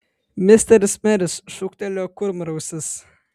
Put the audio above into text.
misteris meris šūktelėjo kurmrausis